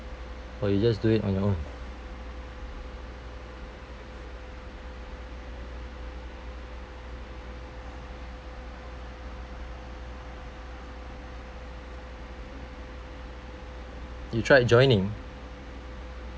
or you just do it on your own you tried joining